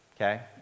okay